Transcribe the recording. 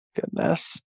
goodness